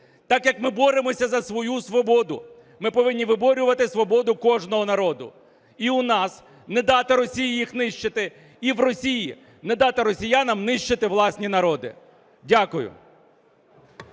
Так як ми боремося за свою свободу, ми повинні виборювати свободу кожного народу. І у нас не дати Росії їх нищити, і в Росії не дати росіянам нищити власні народи. Дякую.